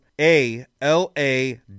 A-L-A